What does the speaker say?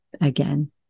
again